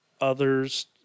others